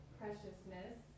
preciousness